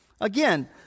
Again